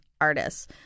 artists